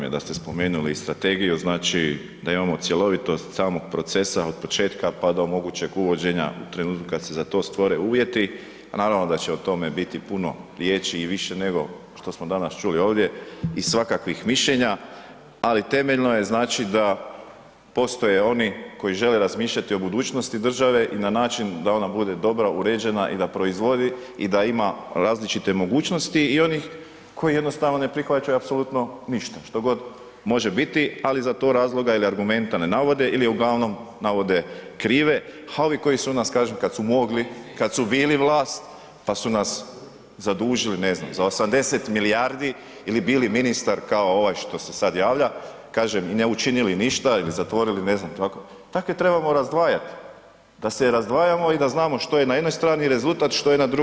Drago mi je da ste spomenuli i strategiju, znači da imamo cjelovitost samog procesa od početka pa do mogućem uvođenja u trenutku kad se za to stvore uvjeti, a naravno da će o tome biti puno riječi i više nego što smo danas čuli ovdje i svakakvih mišljenja, ali temeljno je znači da postoje oni koji žele razmišljati o budućnosti države i na način da ona bude dobra, uređena i da proizvodi i da ima različite mogućnosti i onih koji jednostavno ne prihvaćaju apsolutno ništa, što god može biti, ali za to razloga ili argumenta ne navode ili uglavnom navode krive, a ovi koji su nas kažem kad su mogli, kad su bili vlast, pa su nas zadužili za 80 milijardi ili bili ministar kao ovaj što se sad javlja, kažem i ne učinili ništa ili zatvorili ne znam, takve trebamo razdvajat, da se razdvajamo i da znamo što je na jednoj strani rezultat, što je na drugoj, što nije rezultat.